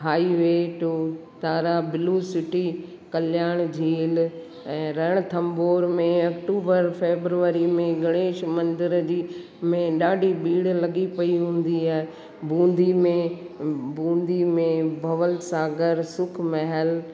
highway to Tara blue city Kalyan झील ऐं रणथंभौर में अक्टूबर फेब्रुअरी में गणेश मंदर जी में ॾाढी भीड़ लॻी पेई हूंदी आहे बूंदी में बूंदी में नवल सागर सुख महल